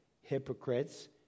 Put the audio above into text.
hypocrites